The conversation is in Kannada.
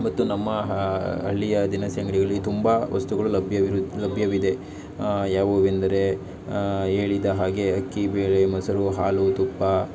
ಮತ್ತು ನಮ್ಮ ಹಳ್ಳಿಯ ದಿನಸಿ ಅಂಗಡಿಗಳಲ್ಲಿ ತುಂಬ ವಸ್ತುಗಳು ಲಭ್ಯವಿರು ಲಭ್ಯವಿದೆ ಯಾವುವು ಎಂದರೆ ಹೇಳಿದ ಹಾಗೆ ಅಕ್ಕಿ ಬೇಳೆ ಮೊಸರು ಹಾಲು ತುಪ್ಪ